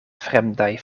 fremdaj